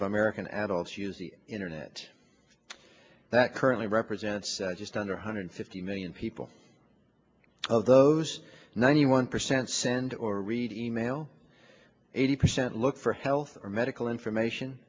of american adults use the internet that currently represents just under one hundred fifty million people of those ninety one percent send or read e mail eighty percent look for health or medical information